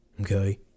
Okay